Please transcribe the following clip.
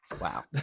Wow